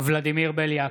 ולדימיר בליאק,